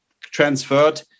transferred